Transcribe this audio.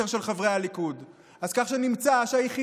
שבדקה 3,000 ציוצים של מועמדי ונבחרי הליכוד במהלך כל תקופת הבחירות,